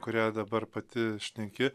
kurią dabar pati šneki